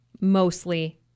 mostly